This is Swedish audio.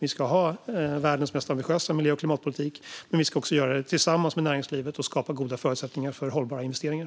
Vi ska ha världens mest ambitiösa miljö och klimatpolitik, men vi ska skapa den tillsammans med näringslivet och skapa goda förutsättningar för hållbara investeringar.